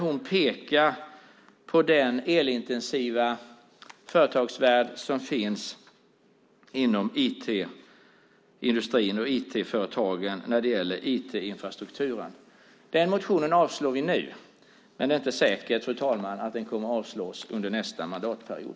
Hon pekar på den elintensiva företagsvärld som finns inom IT-industrin och IT-företagen när det gäller IT-infrastrukturen. Den motionen avslår vi nu, men det är inte säkert att den kommer att avslås under nästa mandatperiod.